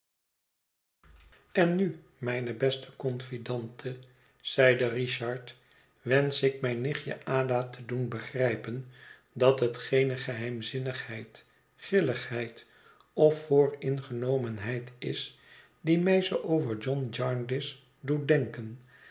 en nu mijne beste confidante zeide richard wensch ik mijn nichtje ada te doen begrijpen dat het geene eigenzinnigheid grilligheid of vooringenomenheid is die mij zoo over john jarndyce doet denken